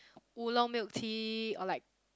Oolong milk tea or like